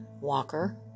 Walker